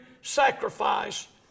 sacrifice